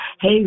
Hey